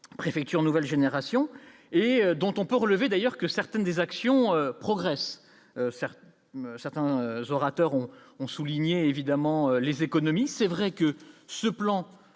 préfecture nouvelle génération et dont on peut relever d'ailleurs que certaines des actions progressent certes certains orateurs ont ont souligné évidemment les économies, c'est vrai que ce plan